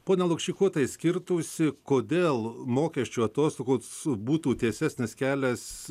pone lukšy kuo tai skirtųsi kodėl mokesčių atostogos būtų tiesesnis kelias